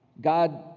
God